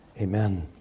Amen